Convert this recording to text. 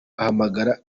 ahamagara